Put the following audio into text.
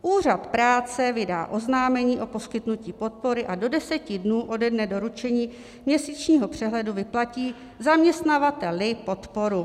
Úřad práce vydá oznámení o poskytnutí podpory a do deseti dnů ode dne doručení měsíčního přehledu vyplatí zaměstnavateli podporu.